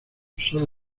sólo